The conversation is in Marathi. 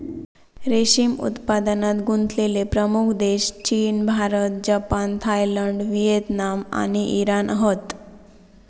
रेशीम उत्पादनात गुंतलेले प्रमुख देश चीन, भारत, जपान, थायलंड, व्हिएतनाम आणि इराण हत